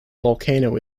volcano